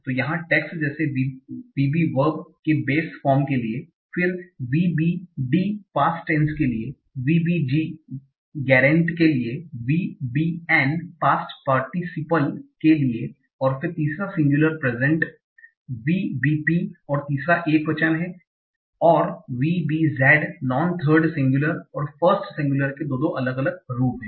तो यहाँ टेक्स्ट जैसे VB वर्ब के बेस फॉर्म के लिए फिर VBD पास्ट टैन्स के लिए VBG गेरेंट के लिए VBN पास्ट पार्टीसिप्ल के लिए और फिर तीसरा सिंगुलर प्रेजेंट VBP और तीसरा एकवचन है और VBZ नॉन थर्ड सिंगुलर और फ़र्स्ट सिंगुलर के 2 अलग अलग रूप हैं